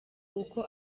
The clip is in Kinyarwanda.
uko